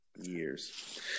years